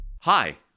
Hi